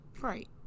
Right